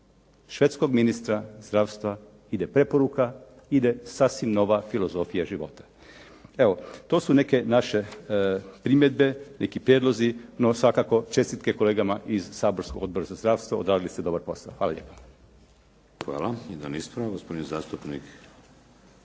švedskog ministra zdravstva ide preporuka, ide sasvim nova filozofija života. Evo, to su neke naše primjedbe, neki prijedlozi, no svakako čestitke kolegama iz saborskog Odbora za zdravstvo, odradili ste dobar posao. Hvala lijepo.